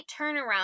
turnaround